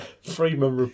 Freeman